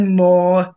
more